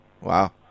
Wow